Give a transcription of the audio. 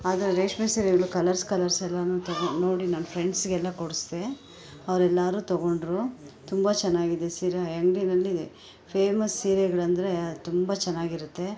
ಆದರೆ ರೇಷ್ಮೆ ಸೀರೆಗಳು ಕಲರ್ಸ್ ಕಲರ್ಸ್ ಎಲ್ಲವೂ ತೊಗೊಂಡು ನೋಡಿ ನನ್ನ ಫ್ರೆಂಡ್ಸ್ಗೆಲ್ಲ ಕೊಡಿಸ್ದೆ ಅವ್ರೆಲ್ಲರು ತೊಗೊಂಡರು ತುಂಬ ಚೆನ್ನಾಗಿದೆ ಸೀರೆ ಆ ಅಂಗ್ಡಿಯಲ್ಲಿ ಫೇಮಸ್ ಸೀರೆಗಳಂದ್ರೆ ತುಂಬ ಚೆನ್ನಾಗಿರುತ್ತೆ